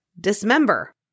dismember